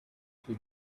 she